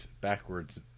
backwards